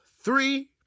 three